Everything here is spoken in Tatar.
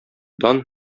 дан